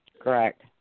Correct